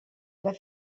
haver